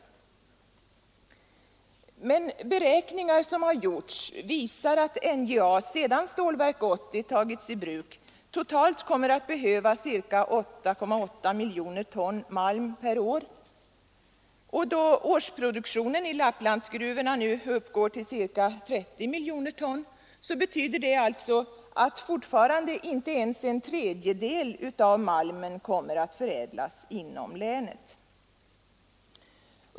Men beräkningar som har gjorts visar att NJA, sedan Stålverk 80 tagits i bruk, totalt kommer att behöva ca 8,8 miljoner ton malm per år. Då årsproduktionen i Lapplandsgruvorna nu uppgår till ca 30 miljoner ton, betyder det alltså att fortfarande inte ens en tredjedel av malmen kommer att förädlas inom länet.